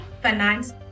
finance